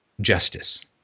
justice